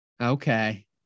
Okay